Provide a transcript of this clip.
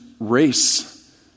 Race